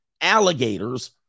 alligators